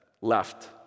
left